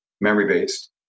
memory-based